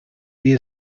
wie